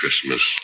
Christmas